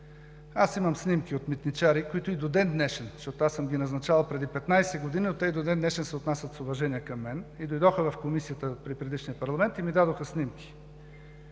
аз имам снимки от митничари, защото аз съм ги назначавал преди 15 години, но те и до ден-днешен се отнасят с уважение към мен. Дойдоха в Комисията при предишния парламент и ми дадоха снимки